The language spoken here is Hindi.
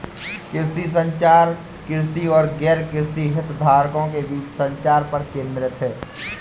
कृषि संचार, कृषि और गैरकृषि हितधारकों के बीच संचार पर केंद्रित है